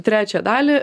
trečią dalį